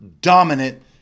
dominant